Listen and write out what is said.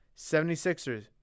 76ers